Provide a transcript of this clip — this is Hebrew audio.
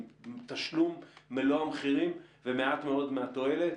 תשלום מלוא המחירים ומעט מאוד מהתועלת.